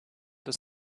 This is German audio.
des